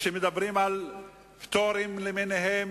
המדינה,